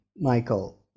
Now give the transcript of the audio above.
Michael